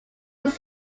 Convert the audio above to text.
was